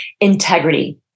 Integrity